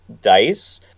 dice